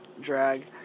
drag